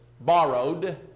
borrowed